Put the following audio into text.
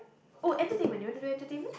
oh entertainment you want to do entertainment